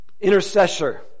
intercessor